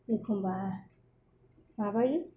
एखमबा माबायो